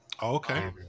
Okay